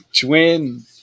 twin